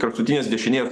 kraštutinės dešinės